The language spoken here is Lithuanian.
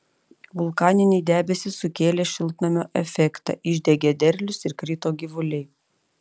vulkaniniai debesys sukėlė šiltnamio efektą išdegė derlius ir krito gyvuliai